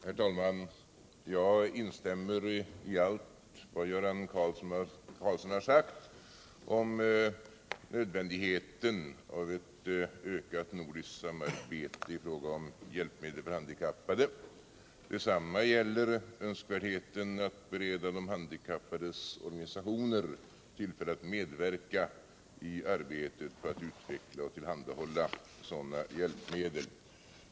Herr talman! Jag instämmer i allt vad Göran Karlsson har sagt om nödvändigheten av ett ökat nordiskt samarbete i fråga om hjälpmedel för handikappade. Detsamma gäller önskvärdheten av att bereda de handikappades organisationer tillfälle att medverka i arbetet med att utveckla och tillhandahålla sådana hjälpmedel.